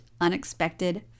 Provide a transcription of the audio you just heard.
Unexpected